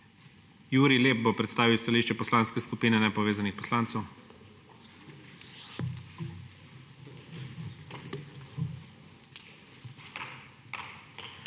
Jurij Lep bo predstavil stališče Poslanske skupine nepovezanih poslancev.